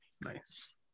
Nice